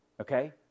Okay